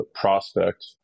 prospect